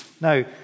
Now